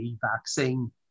vaccine